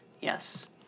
Yes